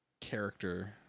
character